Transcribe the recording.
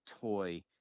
toy